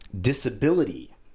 Disability